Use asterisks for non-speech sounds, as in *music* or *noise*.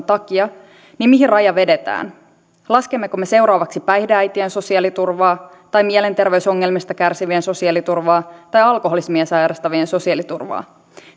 *unintelligible* takia niin mihin raja vedetään laskemmeko me seuraavaksi päihdeäitien sosiaaliturvaa tai mielenterveysongelmista kärsivien sosiaaliturvaa tai alkoholismia sairastavien sosiaaliturvaa